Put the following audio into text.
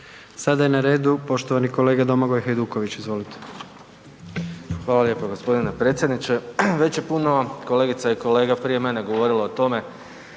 Sada je na redu poštovani kolega Domagoj Hajduković, izvolite. **Hajduković, Domagoj (SDP)** Hvala lijepo g. predsjedniče. Već je puno kolegica i kolega prije mene govorilo o tome